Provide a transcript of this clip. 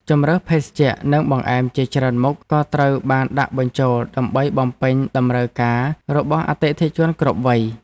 ជម្រើសភេសជ្ជៈនិងបង្អែមជាច្រើនមុខក៏ត្រូវបានដាក់បញ្ចូល ដើម្បីបំពេញតម្រូវការរបស់អតិថិជនគ្រប់វ័យ។